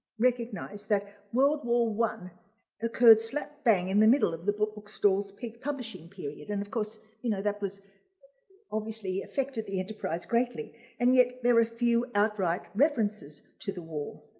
recognize that world war one occurred slap bang in the middle of the bookstall's peak publishing period and of course you know that was obviously effectively enterprise greatly and yet there are few outright references to the war.